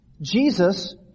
Jesus